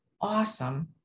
awesome